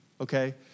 okay